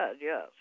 yes